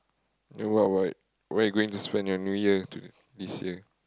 what what where you going to spend your New Year to the this year